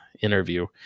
interview